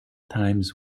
times